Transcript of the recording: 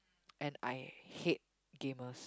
and I hate gamers